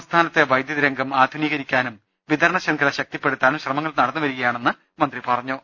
സംസ്ഥാ നത്തെ വൈദ്യുതരംഗം ആധുനീകരിക്കാനും വിതരണ ശൃംഖല ശക്തിപ്പെ ടുത്താനും ശ്രമങ്ങൾ നടന്നുവരികയാണെന്ന് മന്ത്രി പറഞ്ഞു